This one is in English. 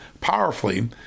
powerfully